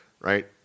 right